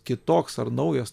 kitoks ar naujas